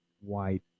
white